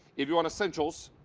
if you want essentials,